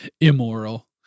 Immoral